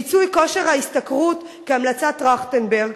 מיצוי כושר ההשתכרות כהמלצת טרכטנברג,